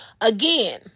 Again